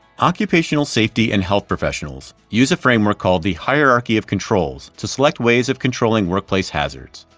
occupational safety and health professionals use a framework called the hierarchy of controls to select ways of controlling workplace hazards.